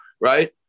right